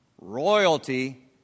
royalty